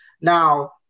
Now